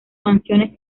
mansiones